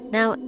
Now